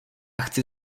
chci